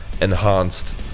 enhanced